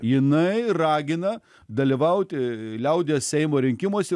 jinai ragina dalyvauti liaudies seimo rinkimuose